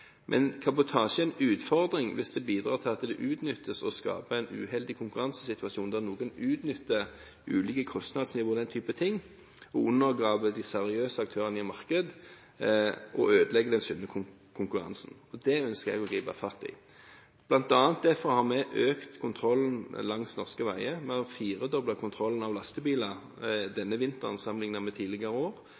Men kabotasje er en utfordring hvis det bidrar til at det utnyttes og skaper en uheldig konkurransesituasjon der noen utnytter ulike kostnadsnivåer og den type ting, undergraver de seriøse aktørene i markedet og ødelegger den sunne konkurransen. Det ønsker jeg å gripe fatt i. Blant annet derfor har vi økt kontrollen langs norske veier med å firedoble kontrollen av lastebiler denne vinteren sammenlignet med tidligere år.